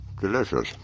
Delicious